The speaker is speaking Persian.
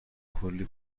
کلی